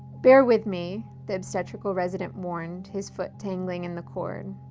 bear with me, the obstetrical resident warned, his foot tangling in the cord,